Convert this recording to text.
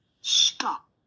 Stop